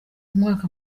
umwaka